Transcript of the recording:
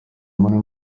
muri